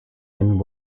and